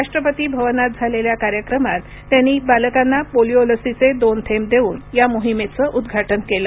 राष्ट्रपती भवनात झालेल्या कार्यक्रमात त्यांनी बालकांना पोलिओ लसीचे दोन थेंब देऊन या मोहिमेचं उद्घाटन केलं